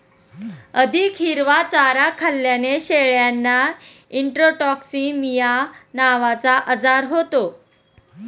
अधिक हिरवा चारा खाल्ल्याने शेळ्यांना इंट्रोटॉक्सिमिया नावाचा आजार होतो